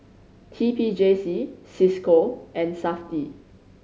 T P J C Cisco and Safti